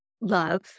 love